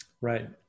Right